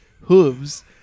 hooves